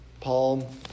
Paul